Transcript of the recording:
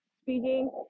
speaking